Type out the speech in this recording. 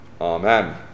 Amen